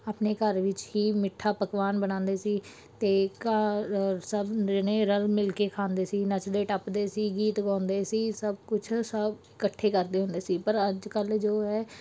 ਆਪਣੇ ਘਰ ਵਿੱਚ ਹੀ ਮਿੱਠਾ ਪਕਵਾਨ ਬਣਾਉਂਦੇ ਸੀ ਅਤੇ ਘਰ ਸਭ ਨਿਰਣੇ ਰਲ ਮਿਲ ਕੇ ਖਾਂਦੇ ਸੀ ਨੱਚਦੇ ਟੱਪਦੇ ਸੀ ਗੀਤ ਗਾਉਂਦੇ ਸੀ ਸਭ ਕੁਛ ਸਭ ਇਕੱਠੇ ਕਰਦੇ ਹੁੰਦੇ ਸੀ ਪਰ ਅੱਜ ਕੱਲ੍ਹ ਜੋ ਹੈ